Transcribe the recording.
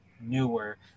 newer